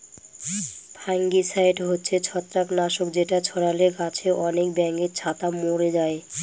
fungicide হচ্ছে ছত্রাক নাশক যেটা ছড়ালে গাছে আনেক ব্যাঙের ছাতা মোরে যায়